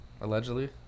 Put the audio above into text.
allegedly